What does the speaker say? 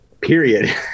period